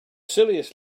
silliest